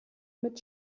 mit